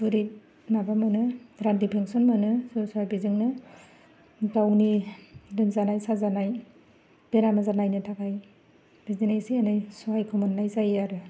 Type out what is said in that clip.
बुरै माबा मोनो रान्दि पेनसन मोनो सोरबा सोरबा बेजोंनो गावनि लोमजानाय साजानाय बेराम आजार नायनो थाखाय बिदिनो एसे एनै सहायखौ मोननाय जायो आरो